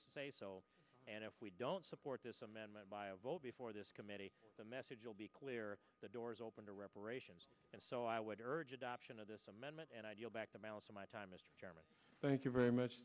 say so and if we don't support this amendment by a vote before this committee the message will be clear the doors open to reparations and so i would urge adoption of this amendment and idea back the balance of my time mr chairman thank you very much